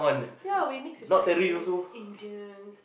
yeah we mix with Chinese Indians